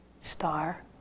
star